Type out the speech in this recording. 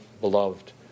beloved